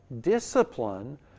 discipline